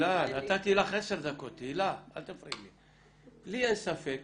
לי אין ספק